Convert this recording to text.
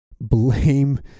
blame